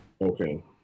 Okay